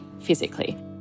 physically